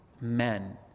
men